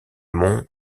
mont